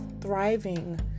thriving